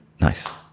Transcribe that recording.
Nice